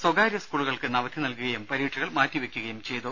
സ്വകാര്യ സ്കൂളുകൾക്ക് ഇന്ന് അവധി നൽകുകയും പരീക്ഷകൾ മാറ്റിവെക്കുകയും ചെയ്തു